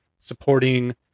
supporting